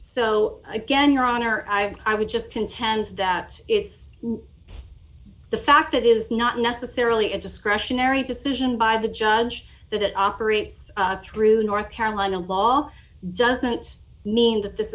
so again your honor i would just contend that it's the fact that is not necessarily a discretionary decision by the judge that it operates through north carolina law doesn't mean that this